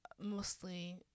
mostly